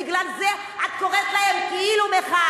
בגלל זה את קוראת להם כאילו-מחאה,